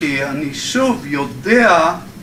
כי אני שוב יודע